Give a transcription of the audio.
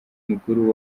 mukuru